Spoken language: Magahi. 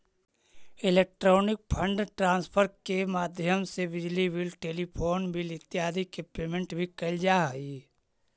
इलेक्ट्रॉनिक फंड ट्रांसफर के माध्यम से बिजली बिल टेलीफोन बिल इत्यादि के पेमेंट भी कैल जा हइ